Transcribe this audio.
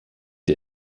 der